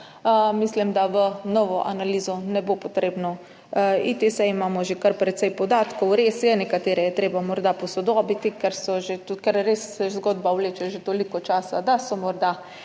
mislim, da v novo analizo ne bo potrebno iti, saj imamo že kar precej podatkov. Res je, nekatere je treba morda posodobiti, ker se res zgodba vleče že toliko časa, da so morda